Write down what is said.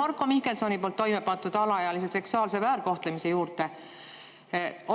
Marko Mihkelsoni poolt toime pandud alaealise seksuaalse väärkohtlemise juurde,